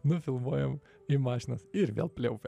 nufilmuojam į mašinas ir vėl pliaupia